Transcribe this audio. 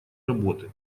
работы